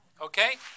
Okay